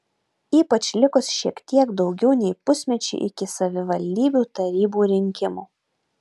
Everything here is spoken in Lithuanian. ypač likus tik šiek tiek daugiau nei pusmečiui iki savivaldybių tarybų rinkimų